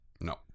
No